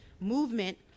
movement